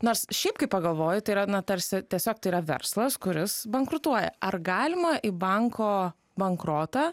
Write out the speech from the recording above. nors šiaip kaip pagalvoji tai yra na tarsi tiesiog tai yra verslas kuris bankrutuoja ar galima į banko bankrotą